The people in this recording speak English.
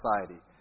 society